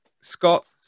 Scott